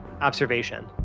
observation